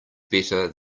better